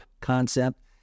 concept